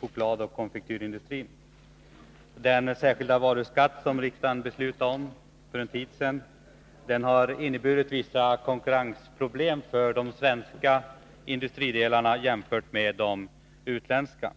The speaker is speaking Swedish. chokladoch konfektyrindustrin. Den särskilda varuskatt som riksdagen beslutade om för en tid sedan har inneburit vissa konkurrensproblem för de svenska industridelarna jämfört med de utländska.